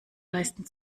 leisten